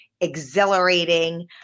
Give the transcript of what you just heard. exhilarating